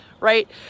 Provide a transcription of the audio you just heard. Right